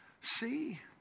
see